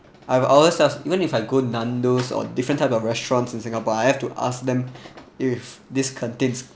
I've always ask even if I go nando's or different type of restaurants in singapore I have to ask them if this contains